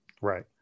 Right